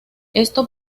esto